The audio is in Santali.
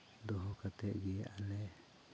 ᱫᱚᱦᱚ ᱠᱟᱛᱮᱫ ᱜᱮ ᱟᱞᱮ